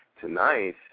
tonight